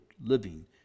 living